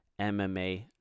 MMA